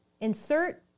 Insert